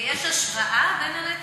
ויש השוואה בין הנתונים?